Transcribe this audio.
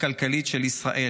הכלכלית של ישראל.